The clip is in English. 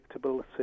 predictability